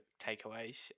takeaways